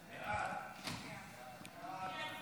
ההצעה להעביר